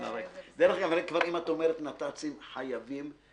דרך אגב, אם את אומרת נת"צים, חייבים